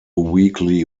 weakly